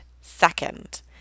second